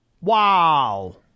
Wow